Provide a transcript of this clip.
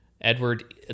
Edward